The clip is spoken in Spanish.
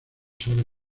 sobre